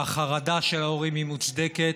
והחרדה של ההורים היא מוצדקת.